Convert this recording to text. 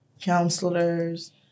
counselors